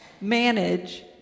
manage